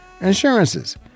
insurances